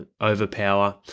overpower